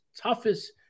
toughest